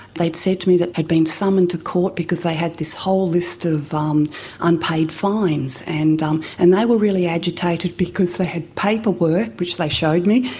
they said to me that they had been summoned to court because they had this whole list of um unpaid fines, and um and they were really agitated because they had paperwork, which they showed me,